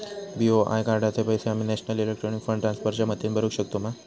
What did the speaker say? BOI कार्डाचे पैसे आम्ही नेशनल इलेक्ट्रॉनिक फंड ट्रान्स्फर च्या मदतीने भरुक शकतू मा?